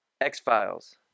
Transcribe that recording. X-Files